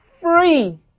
free